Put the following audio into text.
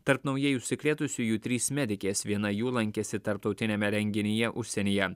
tarp naujai užsikrėtusiųjų trys medikės viena jų lankėsi tarptautiniame renginyje užsienyje